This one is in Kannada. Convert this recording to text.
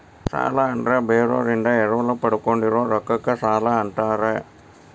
ಸಾಲ ಅಂದ್ರ ಬೇರೋರಿಂದ ಎರವಲ ಪಡ್ಕೊಂಡಿರೋ ರೊಕ್ಕಕ್ಕ ಸಾಲಾ ಅಂತಾರ